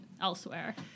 elsewhere